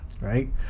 right